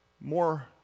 more